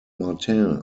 martin